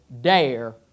dare